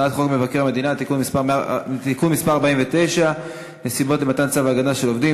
הצעת חוק מבקר המדינה (תיקון מס' 49) (נסיבות למתן צו הגנה על עובדים),